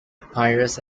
papyrus